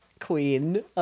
queen